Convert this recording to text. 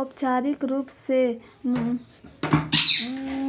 औपचारिक रूप से,